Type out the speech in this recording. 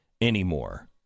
anymore